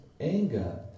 anger